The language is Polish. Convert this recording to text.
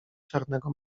czarnego